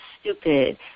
stupid